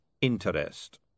interest